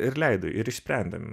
ir leido ir išsprendėm